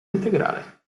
integrale